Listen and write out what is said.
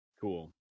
Cool